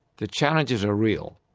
the challenges are real.